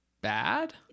bad